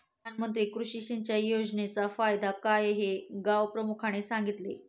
प्रधानमंत्री कृषी सिंचाई योजनेचा फायदा काय हे गावप्रमुखाने सांगितले